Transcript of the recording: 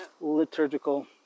liturgical